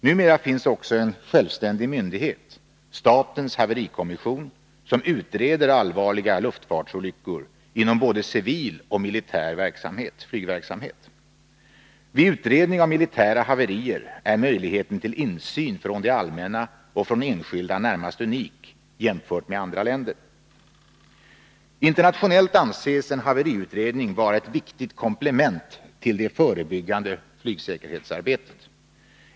Numera finns också en självständig myndighet, statens haverikommission, som utreder allvarliga luftfartsolyckor inom både civil och militär flygverksamhet. Vid utredning av militära haverier är möjligheten till insyn från det allmänna och från enskilda närmast unik jämfört med andra länder. Internationellt anses en haveriutredning vara ett viktigt komplement till det förebyggande flygsäkerhetsarbetet.